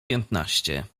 piętnaście